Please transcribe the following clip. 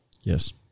Yes